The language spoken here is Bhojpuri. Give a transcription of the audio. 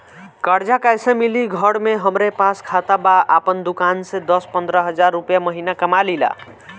कर्जा कैसे मिली घर में हमरे पास खाता बा आपन दुकानसे दस पंद्रह हज़ार रुपया महीना कमा लीला?